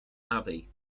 abbey